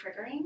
triggering